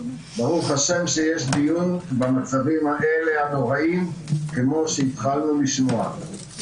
ברוך השם שיש דיון במצבים האלה הנוראיים כמו שהתחלנו לשמוע.